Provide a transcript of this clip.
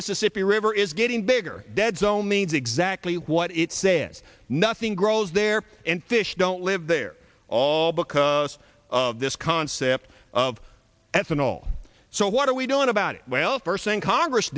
mississippi river is getting bigger deadzone means exactly what it says nothing grows there and fish don't live there all because of this concept of ethanol so what are we doing about it well first thing congress